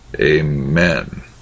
Amen